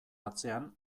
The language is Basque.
atzean